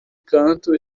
canto